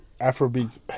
afrobeats